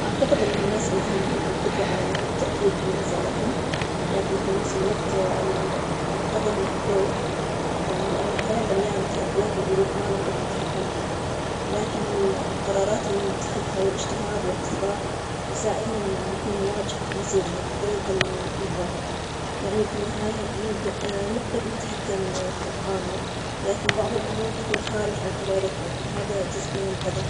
أعتقد أن الناس عندهم القدرة على التأثير في مصائرهم، لكن في نفس الوقت ال- القدر له دور لأن الحياة مليانة تحديات وظروف ما نقدر نتحكم فيها، لكن القرارات اللي نتخذها والإجتهاد والإصرار يساعدنا إن نحنا نواجه مصيرنا بالطريقة اللي نبغاها، يعني في النهاية نجدر- نقدر نتحكم في أفعالنا، لكن بعض الأمور تكون خارج عن إرادتنا، وهذا جزء من القدر.